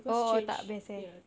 because change ya